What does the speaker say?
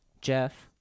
Jeff